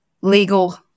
legal